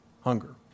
hunger